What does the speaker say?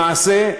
למעשה,